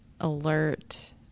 alert